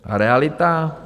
A realita?